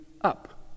up